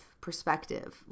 perspective